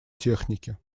технике